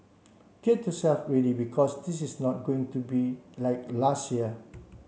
get yourself ready because this is not going to be like last year